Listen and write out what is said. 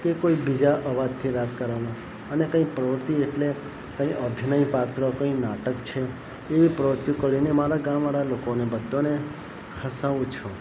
કે કોઈ બીજા અવાજથી વાત કરવાનું અને કંઈ પ્રવૃત્તિ એટલે કંઇ અભિનય પાત્ર કંઇ નાટક છે એવી પ્રવૃત્તિઓ કરીને મારા ગામવાળા લોકોને બધાને હસાવું છું